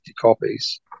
copies